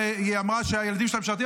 היא אמרה שהילדים שלה משרתים.